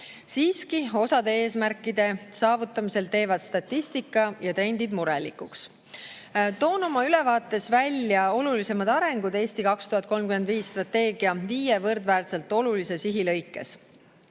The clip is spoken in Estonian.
Siiski, osa eesmärkide saavutamisel teevad statistika ja trendid murelikuks. Toon oma ülevaates välja olulisimad arengud strateegia "Eesti 2035" viie võrdväärselt olulise sihi